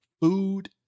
food